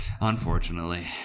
Unfortunately